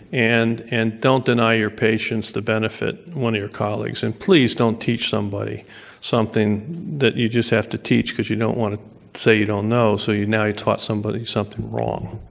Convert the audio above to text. and and don't deny your patients the benefit of one of your colleagues. and please don't teach somebody something that you just have to teach because you don't want to say you don't know, so you now you taught somebody something wrong.